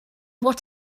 what